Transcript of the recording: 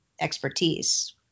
expertise